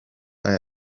they